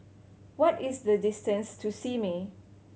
what is the distance to Simei